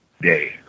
day